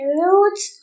roots